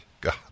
God